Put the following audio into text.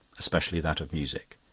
especially that of music.